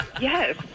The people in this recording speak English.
Yes